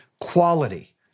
quality